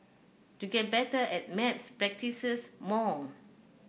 to get better at maths practises more